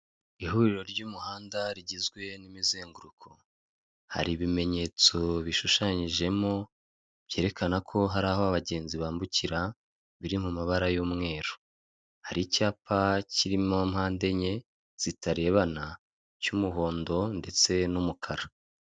Nyakubahwa umukuru w'igihugu cy'u Rwanda yambaye ikote ndetse n'ishati y'umweru, akaba ari kuramukanya n'umucamanza wambaye ingofero irimo ibara ry'umuhondo ndetse n'iry'umukara.